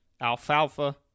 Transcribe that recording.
alfalfa